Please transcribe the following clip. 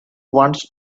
wants